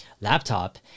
laptop